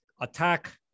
attack